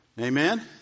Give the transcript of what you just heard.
Amen